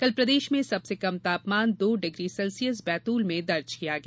कल प्रदेश में सबसे कम तापमान दो डिग्री सेल्सियस बैतूल में दर्ज किया गया